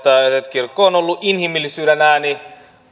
kirkko on ollut inhimillisyyden ääni